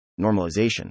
normalization